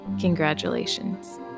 congratulations